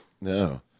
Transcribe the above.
No